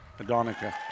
Adonica